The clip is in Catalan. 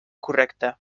correcta